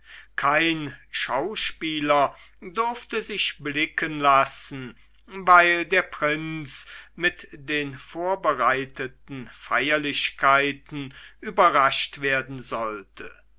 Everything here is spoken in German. kein schauspieler durfte sich blicken lassen weil der prinz mit den vorbereiteten feierlichkeiten überrascht werden sollte